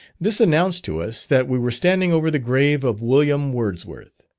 this announced to us that we were standing over the grave of william wordsworth.